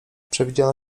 przewidziane